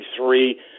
three